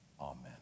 Amen